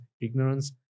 ignorance